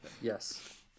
Yes